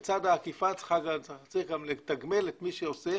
בצד האכיפה צריך גם לתגמל את מי שאוסף,